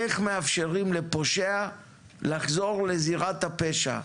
איך מאפשרים לפושע לחזור לזירת הפשע.